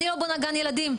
אני לא בונה גן ילדים,